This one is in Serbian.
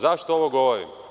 Zašto ovo govorim?